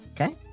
Okay